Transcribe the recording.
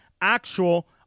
actual